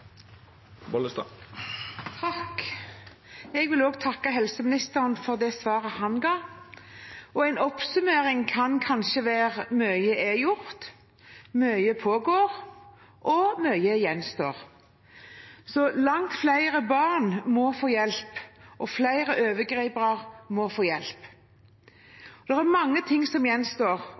alle. Jeg vil også takke helseministeren for det svaret han ga, og en oppsummering kan kanskje være: Mye er gjort, mye pågår og mye gjenstår. Så langt flere barn må få hjelp, og flere overgripere må få hjelp. Det er mange ting som gjenstår,